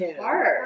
hard